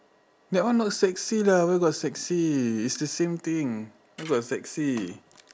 that one not sexy lah where got sexy it's the same thing where got sexy